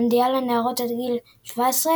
מונדיאל הנערות עד גיל 17,